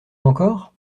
encore